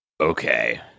okay